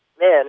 man